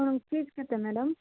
ଆପଣଙ୍କ ଫି କେତେ ମ୍ୟାଡ଼ାମ୍